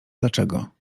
dlaczego